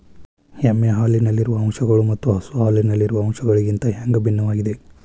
ಎಮ್ಮೆ ಹಾಲಿನಲ್ಲಿರುವ ಅಂಶಗಳು ಮತ್ತ ಹಸು ಹಾಲಿನಲ್ಲಿರುವ ಅಂಶಗಳಿಗಿಂತ ಹ್ಯಾಂಗ ಭಿನ್ನವಾಗಿವೆ?